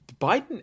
Biden